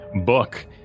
book